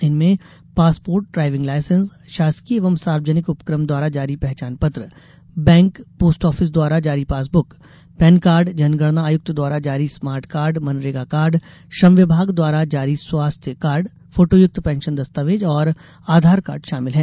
इनमें passport driving licence शासकीय एवं सार्वजनिक उपक्रम द्वारा जारी पहचान पत्र बैंक पोस्ट ऑफिस द्वारा जारी पासबुक पैनकॉर्ड जनगणना आयुक्त द्वारा जारी स्मार्ट कॉर्ड मनरेगा कॉर्ड श्रम विभाग द्वारा जारी स्वास्थ्य कॉर्ड फोटोयुक्त पेंशन दस्तावेज और आधारकॉर्ड शामिल है